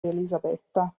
elisabetta